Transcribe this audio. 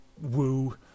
woo